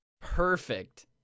Perfect